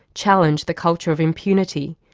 challenge the culture of impunity,